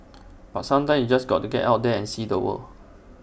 but sometimes you've just got to get out there and see the world